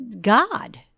God